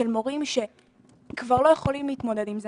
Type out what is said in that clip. של מורים שכבר לא יכולים להתמודד עם זה,